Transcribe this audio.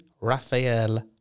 Raphael